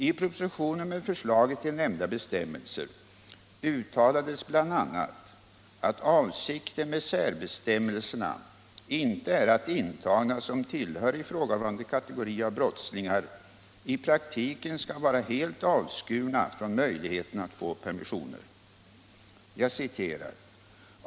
I propositionen med förslaget till nämnda bestämmelser uttalades bl.a. att avsikten med särbestämmelserna inte är att intagna som tillhör ifrågavarande kategori av brottslingar i praktiken skall vara helt avskurna från möjligheten att få permissioner.